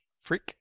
Freak